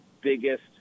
biggest